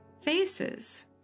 faces